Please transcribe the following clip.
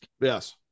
Yes